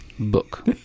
book